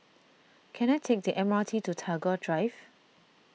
can I take the M R T to Tagore Drive